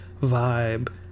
vibe